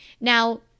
Now